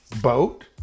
boat